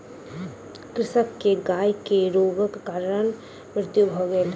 कृषक के गाय के रोगक कारण मृत्यु भ गेल